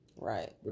Right